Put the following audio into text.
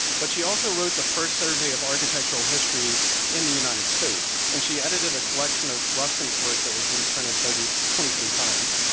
but she also wrote the first survey of architectural history in the united states. and she edited a collection of ruskin's work that was reprinted twenty three times.